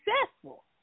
successful